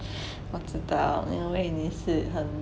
我知道因为你是很